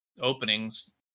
openings